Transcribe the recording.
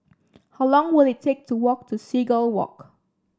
how long will it take to walk to Seagull Walk